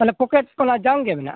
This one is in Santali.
ᱛᱟᱦᱚᱞᱮ ᱯᱚᱠᱮᱴ ᱠᱚᱢᱟ ᱡᱟᱢ ᱜᱮ ᱢᱮᱱᱟᱜᱼᱟ